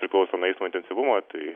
priklauso nuo eismo intensyvumo tai